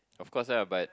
of course lah but